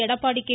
Edappadi K